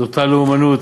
זו אותה לאומנות